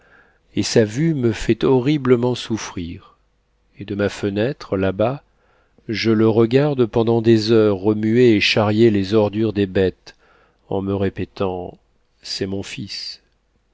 et sa vue me fait horriblement souffrir et de ma fenêtre là-bas je le regarde pendant des heures remuer et charrier les ordures des bêtes en me répétant c'est mon fils